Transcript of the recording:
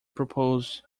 proposed